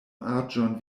aĝon